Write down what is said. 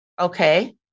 Okay